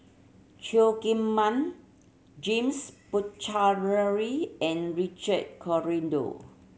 Cheo Kim Ban James Puthucheary and Richard Corridon